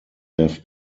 have